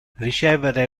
ricevere